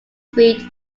sweet